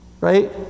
right